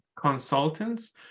consultants